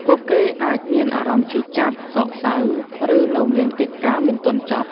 ពួកគេអាចមានអារម្មណ៍ឈឺចាប់ សោកសៅ ឬនៅមានកិច្ចការមិនទាន់ចប់។